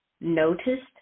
noticed